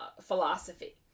philosophy